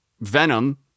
Venom